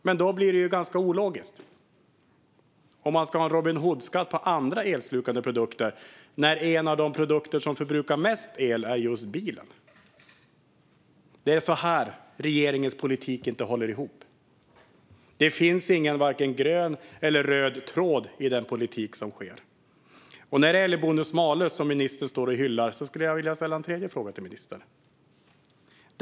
Det blir dock ganska ologiskt om man ska ha en Robin Hood-skatt på andra elslukande produkter när en av de produkter som förbrukar mest el är just bilen. Det är det här som gör att regeringens politik inte håller ihop. Det finns varken någon röd eller grön tråd i den politik som förs. Ministern står här och hyllar bonus-malus. Jag vill ställa en tredje fråga om det.